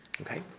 Okay